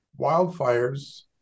wildfires